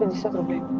celebrate